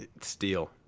steal